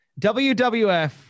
WWF